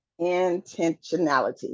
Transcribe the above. Intentionality